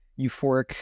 euphoric